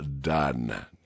done